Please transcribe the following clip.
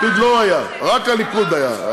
לפיד לא היה, רק הליכוד היה.